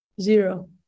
zero